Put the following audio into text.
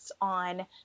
on